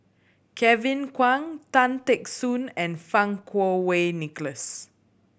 Kevin Kwan Tan Teck Soon and Fang Kuo Wei Nicholas